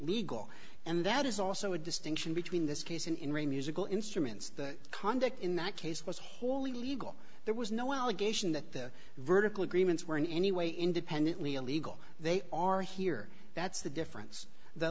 legal and that is also a distinction between this case and in re musical instruments the conduct in that case was wholly legal there was no allegation that the vertical agreements were in any way independently illegal they are here that's the difference the